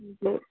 हजुर